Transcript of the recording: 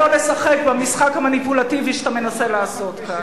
לא לשחק במשחק המניפולטיבי שאתה מנסה לעשות כאן.